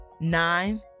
Nine